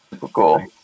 cool